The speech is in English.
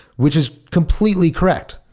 which is completely correct.